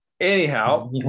anyhow